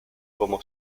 como